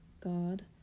God